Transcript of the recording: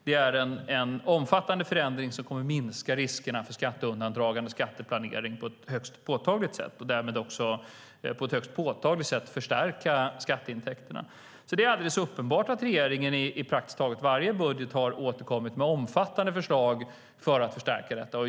Det är en omfattande förändring som kommer att minska riskerna för skatteundandragande och skatteplanering på ett högst påtagligt sätt och därmed också på ett högst påtagligt sätt förstärka skatteintäkterna. Det är alldeles uppenbart att regeringen i praktiskt taget varje budget har återkommit med omfattande förslag för att förstärka detta.